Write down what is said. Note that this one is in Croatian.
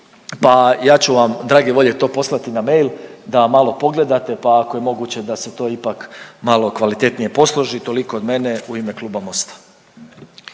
pa ja ću vam drage volje to poslati na mail da malo pogledate pa ako je moguće da se to ipak malo kvalitetnije posloži. Toliko od mene u ime kluba Mosta.